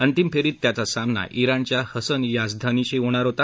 अंतिम फेरीत त्याचा सामना इराणच्या हसन याझदानीशी होणार होता